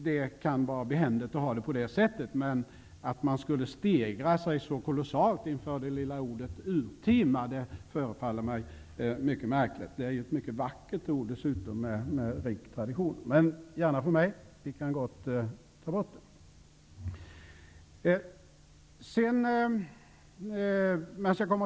Det kan vara behändigt att ha det på det sättet. Att man skulle stegra sig så kolossalt inför det lilla ordet urtima förefaller mig märkligt. Det är dessutom ett vackert ord, med rik tradition. Men gärna för mig, vi kan gott ta bort det.